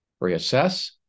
reassess